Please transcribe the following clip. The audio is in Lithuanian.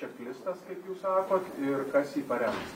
čeklistas kaip jūs sakot ir kas jį parengs